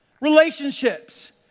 Relationships